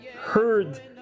heard